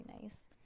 nice